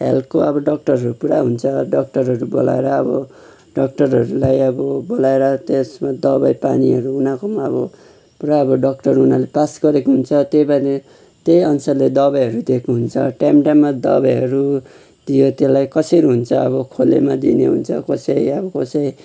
हेल्थको अब डक्टरहरू पुरा हुन्छ डक्टरहरू बोलाएर अब डक्टरहरूलाई अब बोलाएर त्यसमा दबाई पानीहरू उनीहरूकोमा अब पुरा अब डक्टर उनीहरूले पास गरेको हुन्छ त्यही भएर त्यही अनुसारले दबाईहरू दिएको हुन्छ टाइम टाइममा दबाईहरू दियो त्यसलाई कसरी हुन्छ अब खोलेमा दिने हुन्छ कसै अब कसै